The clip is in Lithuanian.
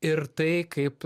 ir tai kaip